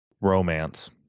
Romance